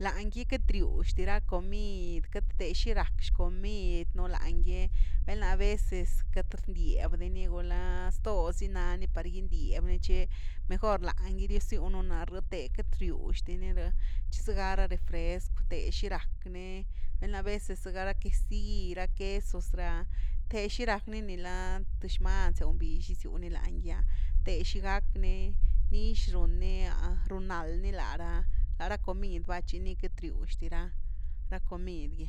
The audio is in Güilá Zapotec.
lany gu queity riux di ra comid, queity the xi rack xcomid nú lany gy, val´na aveces queity rndiab dini gulá zto si nani par gindyab ni tchi, mejor lany gy rioziununi te queity riux dini rh, tchi zëga ra refresc’w te xi rack ni, val’na a veces, zëga ra quesill, ra quesos re’ah teh xi rack ni, nila th xman, nzewbix gisiu ni lany gy’a the xi gack ni nix run ni, run nald ni lá ra la rá comid va tchi ni queity riux di ra comid gy.